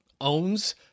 owns